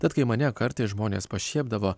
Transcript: tad kai mane kartais žmonės pašiepdavo